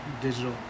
digital